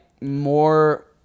more